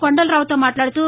కొండలరావుతో మాట్లాడుతూ